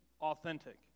authentic